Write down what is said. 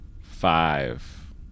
five